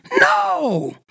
No